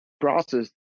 process